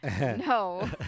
no